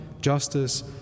justice